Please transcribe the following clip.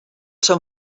són